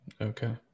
Okay